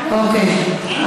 אוקיי.